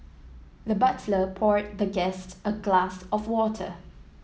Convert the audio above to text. the butler poured the guest a glass of water